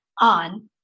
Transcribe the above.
on